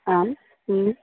आम्